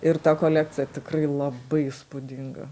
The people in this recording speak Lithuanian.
ir ta kolekcija tikrai labai įspūdinga